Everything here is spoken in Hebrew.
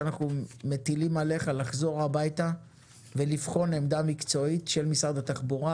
אנחנו מטילים עליך לחזור הביתה ולבחון עמדה מקצועית של משרד התחבורה,